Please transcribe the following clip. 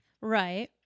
Right